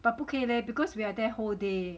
but 不可以 leh because we are there whole day